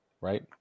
right